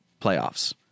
playoffs